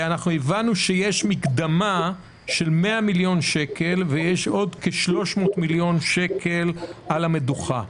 הבנו שיש מקדמה של 100 מיליון שקל וכ-300 מיליון שקל על המדוכה.